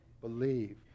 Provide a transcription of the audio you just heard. believe